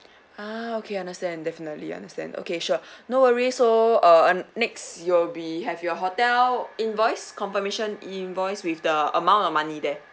ah okay understand definitely understand okay sure no worries so uh next you'll be have your hotel invoice confirmation invoice with the amount of money there